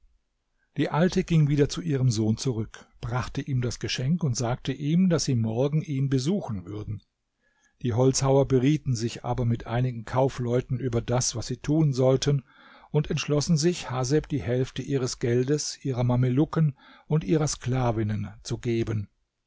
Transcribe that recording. die alte ging wieder zu ihrem sohn zurück brachte ihm das geschenk und sagte ihm daß sie morgen ihn besuchen würden die holzhauer berieten sich aber mit einigen kaufleuten über das was sie tun sollten und entschlossen sich haseb die hälfte ihres geldes ihrer mamelucken und ihrer sklavinnen zu geben